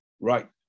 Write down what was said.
right